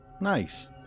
nice